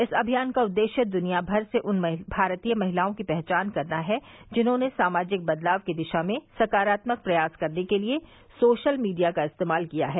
इस अभियान का उद्देश्य द्वनिया भर से उन भारतीय महिलाओं की पहचान करना है जिन्होंने सामाजिक बदलाव की दिशा में सकारात्मक प्रयास करने के लिए सोशल मीडिया का इस्तेमाल किया है